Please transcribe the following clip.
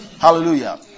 Hallelujah